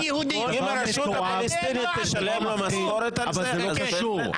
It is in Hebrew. אם הרשות הפלסטינית תשלם לו משכורת על זה כן --- אבל זה לא קשור,